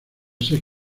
seis